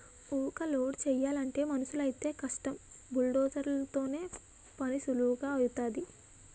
ఊక లోడు చేయలంటే మనుసులైతేయ్ కష్టం బుల్డోజర్ తోనైతే పనీసులువుగా ఐపోతాది